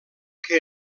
que